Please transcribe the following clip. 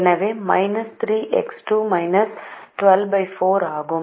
எனவே minus 3X 2 124 ஆகும்